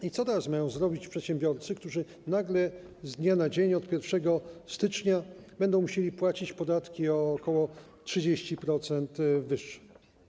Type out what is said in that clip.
I co teraz mają zrobić przedsiębiorcy, którzy nagle z dnia na dzień, od 1 stycznia będą musieli płacić podatki o ok. 30% wyższe?